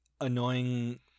annoying